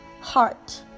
heart